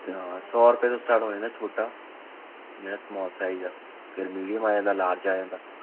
ਅੱਛਾ ਸੌ ਰੁਪਏ ਤੋਂ ਸਟਾਰਟ ਹੋ ਜਾਂਦਾ ਛੋਟਾ ਜਿਹੜਾ ਸਮੋਲ ਸਾਈਜ਼ ਆ ਫਿਰ ਮੀਡੀਅਮ ਆ ਜਾਂਦਾ ਲਾਰਜ ਆ ਜਾਂਦਾ